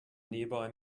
nearby